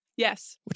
Yes